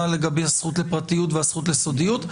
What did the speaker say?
לגבי הזכות לפרטיות והזכות לסודיות.